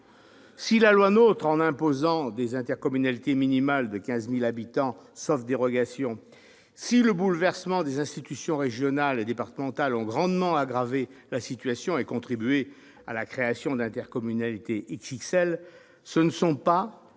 Si la loi NOTRe, en imposant des intercommunalités regroupant un minimum de 15 000 habitants, sauf dérogations, et le bouleversement des institutions régionales et départementales ont grandement aggravé la situation et contribué à la création d'intercommunalités « XXL », ce ne sont que